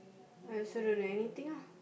I also don't know anything ah